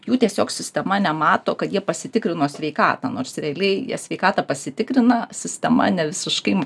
jų tiesiog sistema nemato kad jie pasitikrino sveikatą nors realiai jie sveikatą pasitikrina sistema nevisiškai